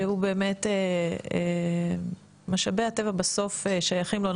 שבאמת משאבי הטבע בסוף שייכים לו,